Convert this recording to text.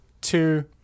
two